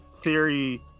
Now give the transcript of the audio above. theory